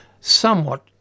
somewhat